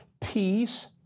peace